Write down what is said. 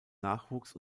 nachwuchs